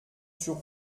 sur